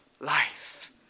life